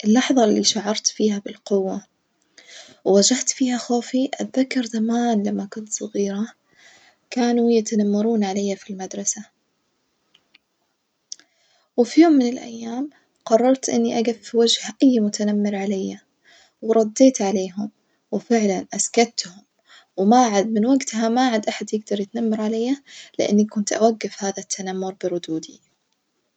اللحظة اللي شعرت فيها بالقوة وواجهت فيها خوفي أتذكر زمان لما كنت صغيرة، كانوا يتنمرون عليَ في المدرسة وفي يوم من الأيام قررت إني أجف في وجه أي متنمر عليَ ورديت عليهم وفعلًا أسكتهم وما عاد من وجتها ما عاد أحد يجدر يتنمر عليا لأني كنت أوجف هذا التنمر بردودي.